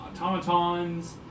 automatons